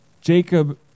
Jacob